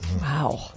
Wow